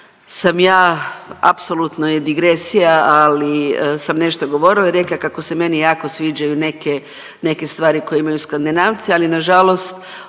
sam ja apsolutno je digresija, ali sam nešto govorila i rekla kako se meni jako sviđaju neke, neke stvari koji imaju skandinavci, ali nažalost